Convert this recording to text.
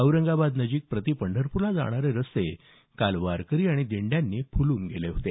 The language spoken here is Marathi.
औरंगाबादनजिक प्रतिपंढरपूरला जाणारे रस्ते वारकरी आणि दिंड्यांनी फुलून गेले होते